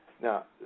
Now